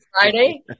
Friday